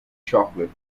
chocolate